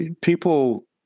people